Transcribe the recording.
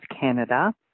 Canada